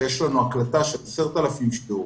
כשיש לנו הקלטה של 10,000 שידורים,